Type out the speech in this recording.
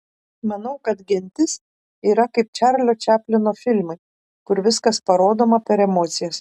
manau kad gentis yra kaip čarlio čaplino filmai kur viskas parodoma per emocijas